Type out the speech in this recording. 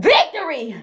Victory